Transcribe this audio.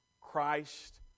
Christ